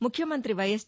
ముఖ్యమంతి వైఎస్